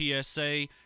PSA